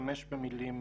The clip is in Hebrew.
אשתמש במילים